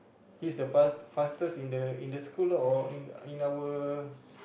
he's the fast fastest in the in the school loh or in in our